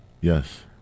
yes